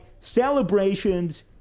celebrations